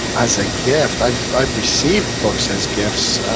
as a gift? i've i've received books as gifts.